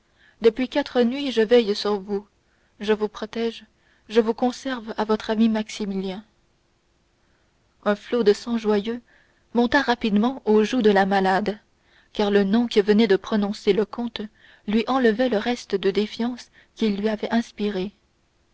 depuis quatre nuits je veille sur vous je vous protège je vous conserve à notre ami maximilien un flot de sang joyeux monta rapidement aux joues de la malade car le nom que venait de prononcer le comte lui enlevait le reste de défiance qu'il lui avait inspirée